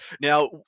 Now